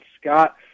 Scott